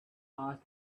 ask